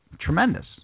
Tremendous